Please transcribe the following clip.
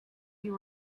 you